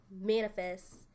manifest